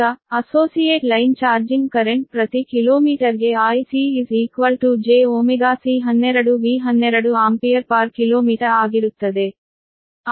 ಈಗ associate line charging current ಪ್ರತಿ ಕಿಲೋಮೀಟರ್ಗೆ ICjω C12V12 ಆಂಪಿಯರ್km ಆಗಿರುತ್ತದೆ